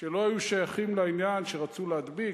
שלא היו שייכים לעניין, שרצו להדביק,